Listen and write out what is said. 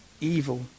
evil